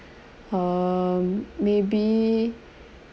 um maybe